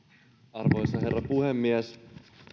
arvoisa herra puhemies